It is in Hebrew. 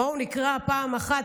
בואו נקרא פעם אחת,